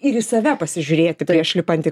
ir į save pasižiūrėti prieš lipant į